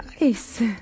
ice